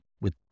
with